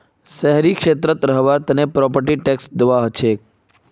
शहरी क्षेत्रत रहबार तने प्रॉपर्टी टैक्स दिबा हछेक